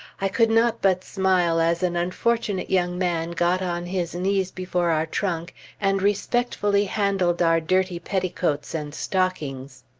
i could not but smile as an unfortunate young man got on his knees before our trunk and respectfully handled our dirty petticoats and stockings.